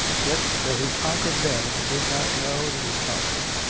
yet, though he conquered then, he did not know that he conquered.